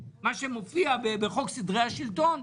מה שמופיע בחוק סדרי השלטון,